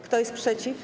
Kto jest przeciw?